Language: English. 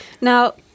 Now